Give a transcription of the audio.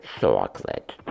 chocolate